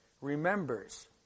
remembers